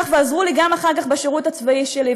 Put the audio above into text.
ועזרו לי אחר כך גם בשירות הצבאי שלי.